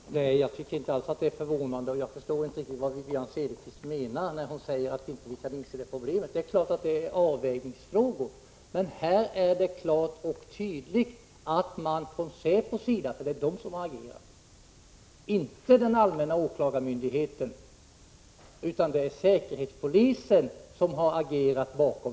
Herr talman! Jag tycker inte alls att det är förvånande, och jag förstår inte riktigt vad Wivi-Anne Cederqvist menar när hon säger att jag inte kan se problemet. Självfallet är det en avvägningsfråga, men här är det klart och tydligt att det är säkerhetspolisen som har agerat och inte den allmänna åklagarmyndigheten.